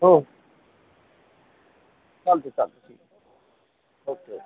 हो चालतं आहे चालतं ठीक ओ के ओ क